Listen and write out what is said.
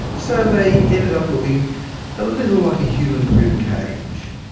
so they ended up looking a little like a human rib cage.